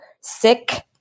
sick